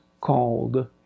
called